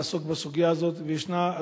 לעסוק בסוגיה הזאת בכנסת הנוכחית.